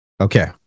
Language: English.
Okay